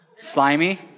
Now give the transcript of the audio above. slimy